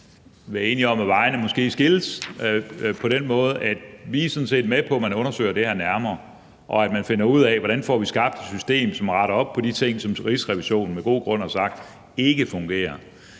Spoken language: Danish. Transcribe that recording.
være enige om, at vejene måske skilles. Vi er sådan set med på, at man undersøger det her nærmere, og at man finder ud af, hvordan vi får skabt et system, som retter op på de ting, som Rigsrevisionen af gode grunde har sagt ikke fungerer.